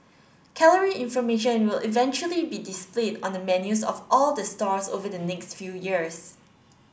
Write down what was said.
calorie information will eventually be displayed on the menus of all the stalls over the next few years